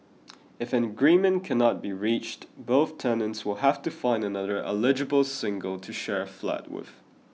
if an agreement cannot be reached both tenants will have to find another eligible single to share a flat with